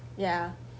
ya